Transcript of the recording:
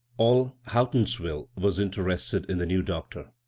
all houghtonsville was interested in the new doctor,